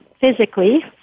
physically